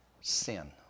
sin